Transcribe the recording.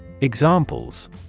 Examples